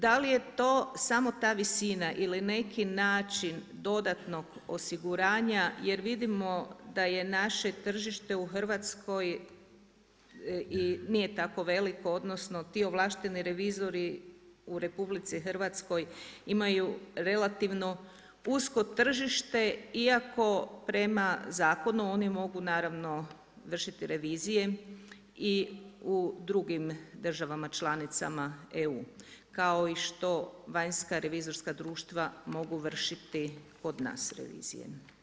Da li je to samo ta visina ili neki način dodatnog osiguranja jer vidimo da je naše tržište u Hrvatskoj i nije tako veliko odnosno ti ovlašteni revizori u RH imaju relativno usko tržište iako prema zakonu oni mogu naravno vršiti revizije i u drugim državama članicama EU, kao što i vanjska revizorska društva mogu vršiti kod nas revizije.